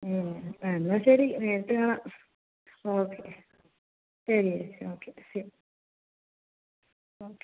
ഉം ആ എന്നാൽ ശരി നേരിട്ട് കാണാം ഓക്കെ ശരി ചേച്ചി ഓക്കെ ശരി ഓക്കെ